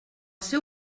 seu